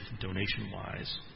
donation-wise